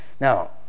Now